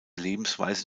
lebensweise